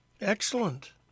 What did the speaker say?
Excellent